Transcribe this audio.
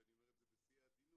ואני אומר את זה בשיא העדינות,